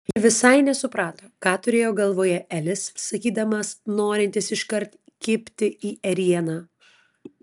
ji visai nesuprato ką turėjo galvoje elis sakydamas norintis iškart kibti į ėrieną